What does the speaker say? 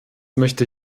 möchte